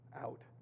out